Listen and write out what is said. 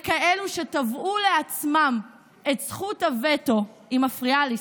לכאלה שתבעו לעצמם את זכות הווטו, היא מפריעה לי.